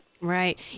Right